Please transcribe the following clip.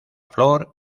flor